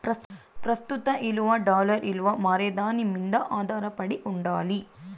ప్రస్తుత ఇలువ డాలర్ ఇలువ మారేదాని మింద ఆదారపడి ఉండాలి